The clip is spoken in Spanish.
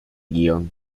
guion